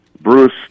Bruce